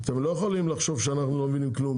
אתם לא יכולים לחשוב שאנחנו לא מבינים כלום